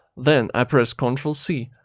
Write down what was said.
then i press ctrl c,